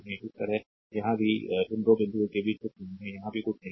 इसी तरह यहाँ भी इन 2 बिंदुओं के बीच में कुछ नहीं है यहाँ भी कुछ नहीं है